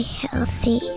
healthy